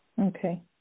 Okay